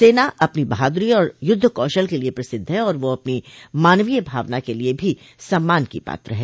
सेना अपनी बहादुरी और युद्ध कौशल के लिए प्रसिद्ध है और वह अपनो मानवीय भावना के लिए भी सम्मान की पात्र है